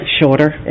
shorter